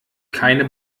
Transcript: keine